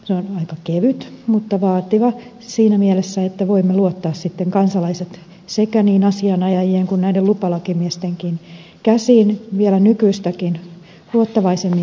se on aika kevyt mutta vaativa siinä mielessä että voimme luottaa sitten kansalaiset sekä niin asianajajien että näiden lupalakimiestenkin käsiin vielä nykyistäkin luottavaisemmin mielin